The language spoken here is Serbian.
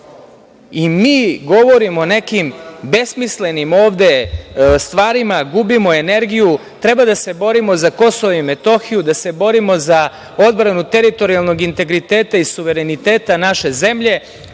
i mi govorimo o nekim besmislenim ovde stvarima, gubimo energiju. Treba da se borimo za Kosovo i Metohiju, da se borimo za odbranu teritorijalnog integriteta i suvereniteta naše